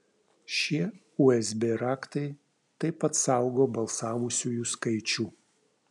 šie usb raktai taip pat saugo balsavusiųjų skaičių